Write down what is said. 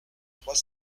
trois